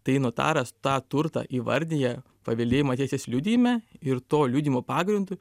tai notaras tą turtą įvardija paveldėjimo teisės liudijime ir to liudijimo pagrindu